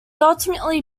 ultimately